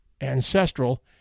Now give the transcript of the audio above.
ancestral